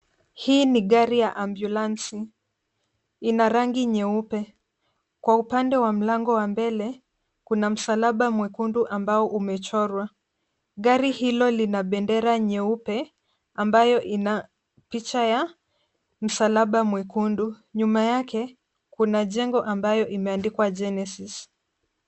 Hii ni agri ya ambulansi, ina rangi nyeupe. Kwa upande wa mlango wa mbele kuna msalaba mwekundu ambao ume chorwa. Gari hilo lina bendera nyeupe ambayo ina picha ya msalaba mwekundu. Nyuma yake kuna jengo ambayo ime andikwa GENESIS .